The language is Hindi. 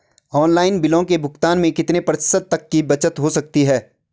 ऑनलाइन बिलों के भुगतान में कितने प्रतिशत तक की बचत हो सकती है?